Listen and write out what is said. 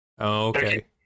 Okay